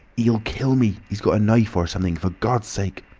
he'll kill me he's got a knife or something. for gawd's sake!